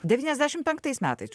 devyniasdešim penktais metais jū